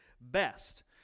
best